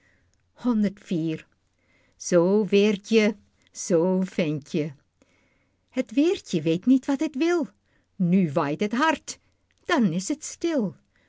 zoo weertje zoo ventje het weertje weet niet wat het wil nu waait het hard dan is het stil